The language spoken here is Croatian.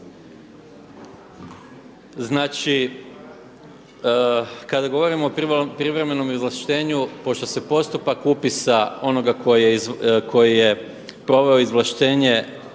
Znači kada govorimo o privremenom izvlaštenju pošto se postupak upisa onoga koji je proveo izvlaštenje